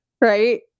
right